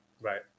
Right